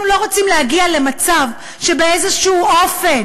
אנחנו לא רוצים להגיע למצב שבאיזשהו אופן